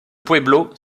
pueblo